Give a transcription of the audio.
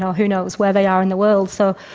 who knows where they are in the world. so,